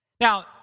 Now